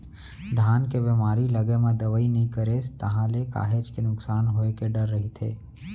धान के बेमारी लगे म दवई नइ करेस ताहले काहेच के नुकसान होय के डर रहिथे